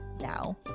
now